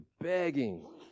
begging